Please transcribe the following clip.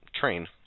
train